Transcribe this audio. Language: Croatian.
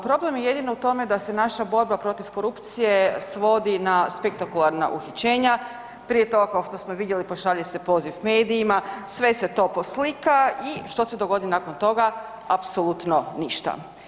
Problem je jedino u tome da se naša borba protiv korupcije svodi na spektakularna uhićenja, prije toga, kao što smo i vidjeli, pošalje se poziv medijima, sve se to poslika i što se dogodi nakon toga, apsolutno ništa.